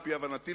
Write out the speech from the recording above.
על-פי הבנתי,